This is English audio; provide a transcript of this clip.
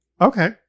Okay